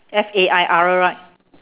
F A I R right